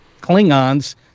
Klingons